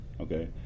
okay